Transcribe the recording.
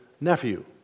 Nephew